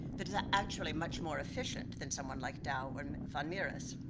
that is ah actually much more efficient than someone like dou and van mieris.